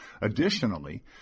Additionally